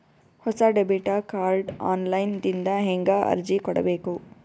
ಹೊಸ debit card online ದಿಂದ ಹೇಂಗ ಅರ್ಜಿ ಕೊಡಬೇಕು?